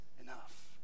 enough